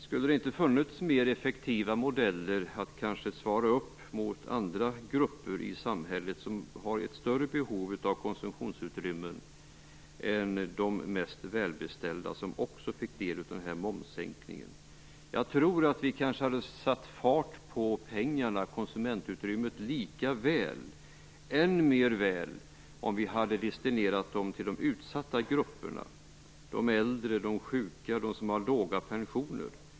Skulle det inte ha funnits mer effektiva modeller som svarade mot andra grupper i samhället som har ett större behov av konsumtionsutrymmen än de mest välbeställda, vilka också fick del av momssänkningen. Jag tror att vi kanske hade satt fart på pengarna, konsumentutrymmet, lika väl eller än mer om vi hade destinerat dem till de utsatta grupperna, de äldre, de sjuka, de som har låga pensioner.